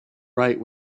right